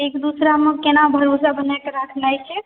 एक दोसरामे केना भरोसा बना कऽ राखनाइ छै